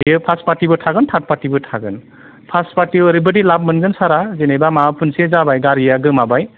बेयो फास्ट पार्टिबो थागोन थार्ड पार्टिबो थागोन फास्ट पार्टियाव ओरैबादि लाभ मोनगोन सारआ जेनेबा माबा मोनसे जाबाय गारिया गोमाबाय